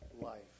life